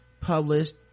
published